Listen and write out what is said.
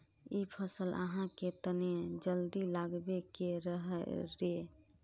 इ फसल आहाँ के तने जल्दी लागबे के रहे रे?